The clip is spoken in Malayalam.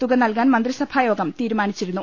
തുക നൽകാൻ മന്ത്രിസഭായോഗം തീരുമാനിച്ചിരുന്നു